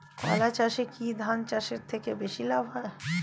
কলা চাষে কী ধান চাষের থেকে বেশী লাভ হয়?